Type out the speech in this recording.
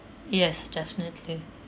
yes definitely